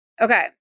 Okay